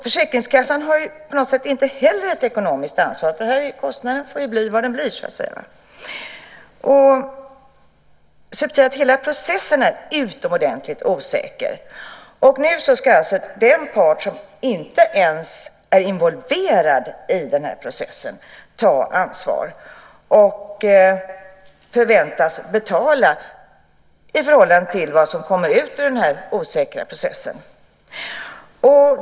Försäkringskassan har på något sätt inte heller något ekonomiskt ansvar. Kostnaden får bli vad den blir. Hela processen är utomordentligt osäker. Nu ska alltså den part som inte ens är involverad i processen ta ansvar och förväntas betala i förhållande till vad som kommer ut ur den osäkra processen.